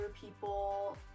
people